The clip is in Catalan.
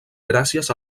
gràcies